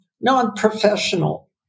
non-professional